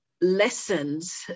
lessons